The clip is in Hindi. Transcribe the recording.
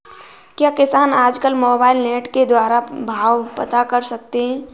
क्या किसान आज कल मोबाइल नेट के द्वारा भाव पता कर सकते हैं?